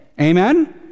Amen